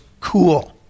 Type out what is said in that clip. cool